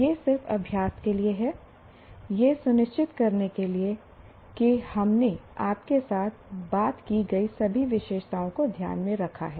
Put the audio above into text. यह सिर्फ अभ्यास के लिए है यह सुनिश्चित करने के लिए कि हमने आपके साथ बात की गई सभी विशेषताओं को ध्यान में रखा है